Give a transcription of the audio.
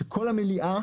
שכל המליאה